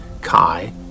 Kai